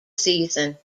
season